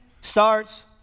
starts